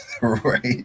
Right